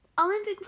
Olympic